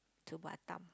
to Batam